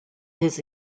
his